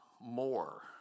more